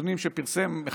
נתונים שפרסם,